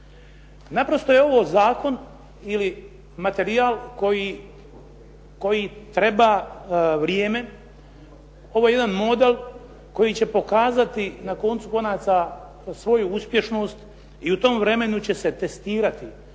Naprosto je ovo zakon ili materijal koji treba vrijeme. Ovo je jedan model koji će pokazati na koncu konaca svoju uspješnost i u tom vremenu će se testirati